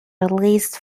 released